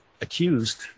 accused